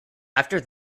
after